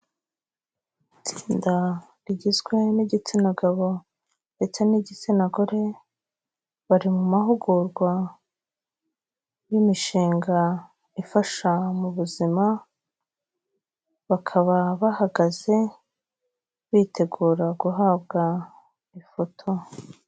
Itsinda rigizwe n'igitsina gabo ndetse n'igitsina gore, bari mu mahugurwa y'imishinga ifasha mu buzima, bakaba bahagaze bitegura guhabwa ifoto.